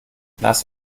nass